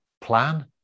plan